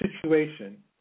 situation